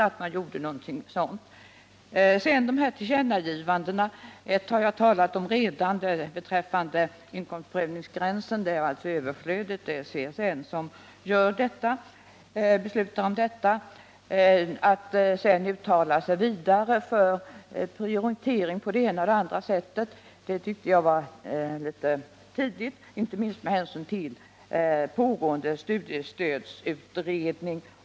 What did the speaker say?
Jag har redan tidigare talat om dessa tillkännagivanden. Det är överflödigt att här ta till orda om inkomstprövningsgränsen, det är CSN som beslutar om den. Att uttala sig om en prioritering i fråga om det ena eller andra tyckte jag var litet tidigt, inte minst med hänsyn till pågående studiesstödsutredning.